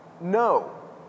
No